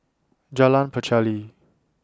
Jalan Pacheli